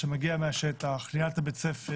שמגיע מהשטח ניהלת בית ספר,